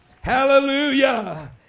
Hallelujah